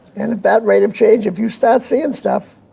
and at that rate of change, if you start seeing stuff,